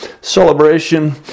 celebration